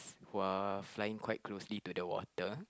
while flying quite closely to the water